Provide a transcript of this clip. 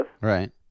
Right